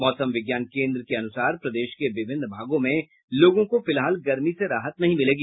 मौसम विज्ञान केन्द्र के अनुसार प्रदेश के विभिन्न भागों में लोगों को फिलहाल गर्मी से राहत नहीं मिलेगी